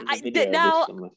Now